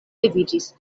leviĝis